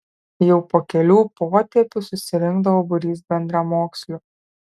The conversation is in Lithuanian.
jau po kelių potėpių susirinkdavo būrys bendramokslių